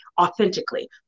authentically